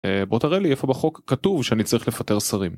בוא תראה לי איפה בחוק כתוב שאני צריך לפטר שרים